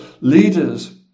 leaders